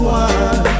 one